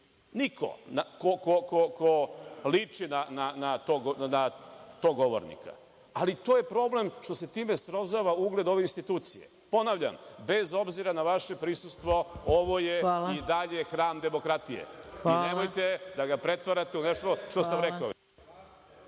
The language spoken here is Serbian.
niko ko liči na tog govornika. Problem je što se time srozava ugled ove institucije. Ponavljam, bez obzira na vaše prisustvo, ovo je i dalje hram demokratije i nemojte da ga pretvarate u nešto što sam rekao